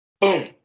Boom